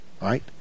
right